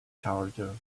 charger